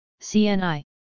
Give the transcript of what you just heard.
cni